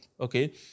Okay